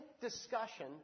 discussion